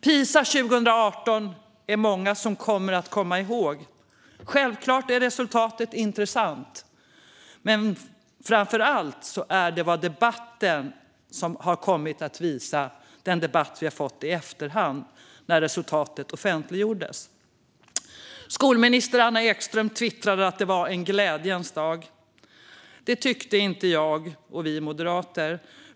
PISA 2018 kommer många att komma ihåg. Självklart är resultatet intressant. Men framför allt gäller det vad debatten har kommit att visa, den debatt som vi har fått efter att resultatet offentliggjordes. Skolminister Anna Ekström twittrade att det var en glädjens dag. Det tyckte inte jag och vi moderater.